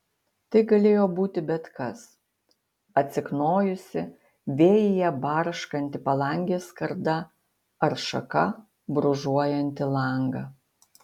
tai galėjo būti bet kas atsiknojusi vėjyje barškanti palangės skarda ar šaka brūžuojanti langą